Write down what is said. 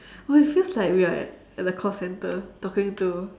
oh it feels like we are at at the call centre talking to